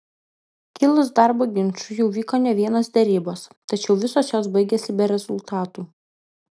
kilus darbo ginčui jau vyko ne vienos derybos tačiau visos jos baigėsi be rezultatų